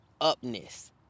upness